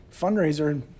fundraiser